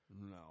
No